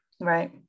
right